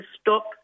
stop